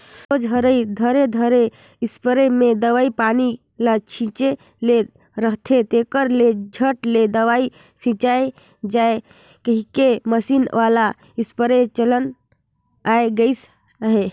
सोझ हरई धरे धरे इस्पेयर मे दवई पानी ल छीचे ले रहथे, तेकर ले झट ले दवई छिचाए जाए कहिके मसीन वाला इस्पेयर चलन आए गइस अहे